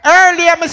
Earlier